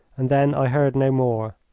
and then i heard no more.